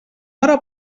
hora